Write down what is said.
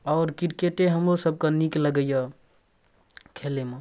आओर किरकेटे हमरोसभके नीक लगैए खेलैमे